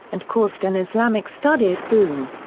and caused an islamic studies boom.